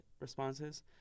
responses